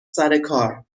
سرکار